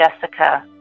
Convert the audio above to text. Jessica